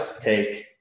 take